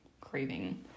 craving